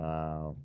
Wow